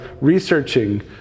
researching